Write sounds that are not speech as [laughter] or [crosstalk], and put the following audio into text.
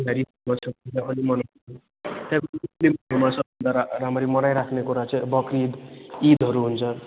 दिवाली [unintelligible] पूजा पनि मनाउँछन् त्यहाँपछि मुस्लिमहरूमा सबभन्दा रा रामरी मनाइराख्ने कुरा चाहिँ बक्रिद ईदहरू हुन्छ